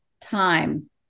time